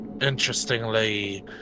interestingly